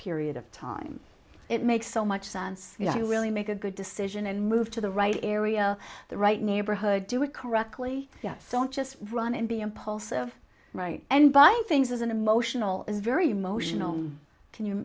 period of time it makes so much sense to really make a good decision and move to the right area the right neighborhood do it correctly yes don't just run and be impulsive right and buy things as an emotional is very emotional can you